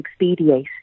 Expediate